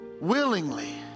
willingly